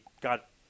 got